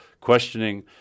questioning